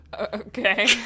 Okay